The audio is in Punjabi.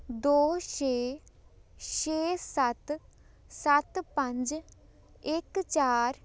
ਦੋ ਛੇ ਛੇ ਸੱਤ ਸੱਤ ਪੰਜ ਇੱਕ ਚਾਰ